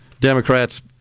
Democrats